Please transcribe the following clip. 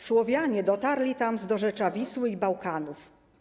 Słowianie dotarli tam z dorzecza Wisły i Bałkanów.